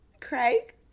Craig